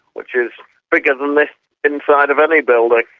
which is bigger than the inside of any building.